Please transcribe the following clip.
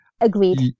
Agreed